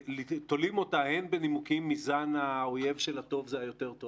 תולים אותה הן בנימוקים מזן האויב של הטוב הוא היותר טוב.